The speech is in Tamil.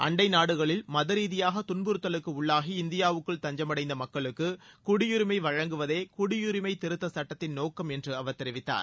அண்டை நாடுகளில் மத ரீதியாக துன்புறுத்தலுக்கு உள்ளாகி இந்தியாவுக்குள் தஞ்சமடைந்த மக்களுக்கு குடியுரிமை வழங்குவதே குடியுரிமை திருத்தச் சட்டத்தின் நோக்கம் என்று அவர் தெரிவித்தார்